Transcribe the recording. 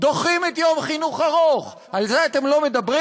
דוחים את יום חינוך ארוך, על זה אתם לא מדברים?